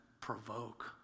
provoke